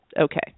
okay